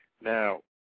Now